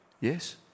Yes